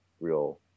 real